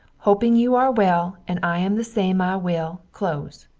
hoping you are well and i am the same i will, close.